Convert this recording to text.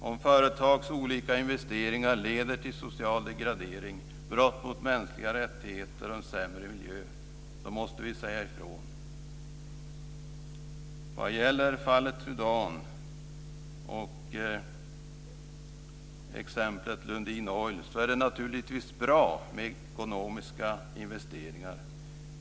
Om företags olika investeringar leder till social degradering, brott mot mänskliga rättigheter och en sämre miljö, då måste vi säga ifrån. När det gäller fallet Sudan och exemplet Lundin Oil är det naturligtvis bra med ekonomiska investeringar.